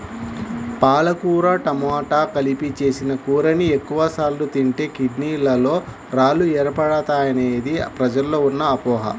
పాలకూర టమాట కలిపి చేసిన కూరని ఎక్కువ సార్లు తింటే కిడ్నీలలో రాళ్లు ఏర్పడతాయనేది ప్రజల్లో ఉన్న అపోహ